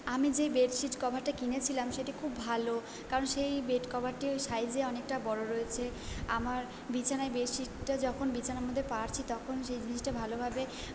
আমি যেই bed sheet কভারটা কিনেছিলাম সেটি খুব ভালো কারণ সেই বেড কভারটি ওই সাইজে অনেকটা বড়ো রয়েছে আমার বিছানায় বেড শিটটা যখন বিছানার মধ্যে পারছি তখন সেই জিনিসটা ভালোভাবে